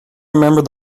remember